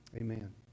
Amen